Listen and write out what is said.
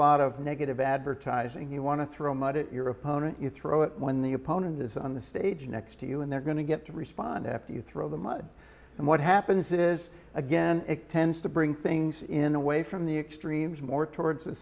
lot of negative advertising you want to throw mud at your opponent you throw it when the opponent is on the stage next to you and they're going to get to respond after you throw the mud and what happens is again it tends to bring things in away from the extremes more towards the